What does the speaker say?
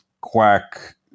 quack